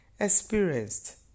experienced